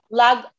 log